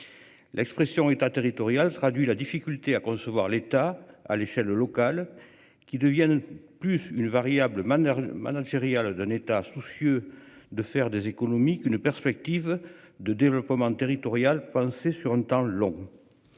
L'expression État territorial traduit la difficulté à concevoir l'État à l'échelle locale qui deviennent plus une variable manières managériales d'un État soucieux de faire des économies qu'une perspective de développement territorial penser sur le temps long.